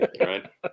Right